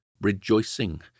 rejoicing